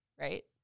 right